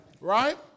right